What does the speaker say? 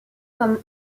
comme